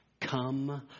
Come